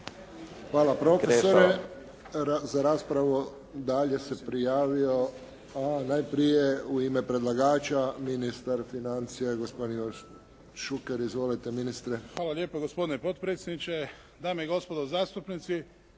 Hvala profesore. Za raspravu dalje se prijavio, a najprije u ime predlagača ministar financija, gospodin Ivan Šuker. Izvolite ministre. **Šuker, Ivan (HDZ)** Hvala lijepo gospodine potpredsjedniče, dame i gospodo zastupnici.